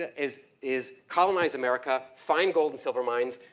is, is colonize america, find gold and silver mines,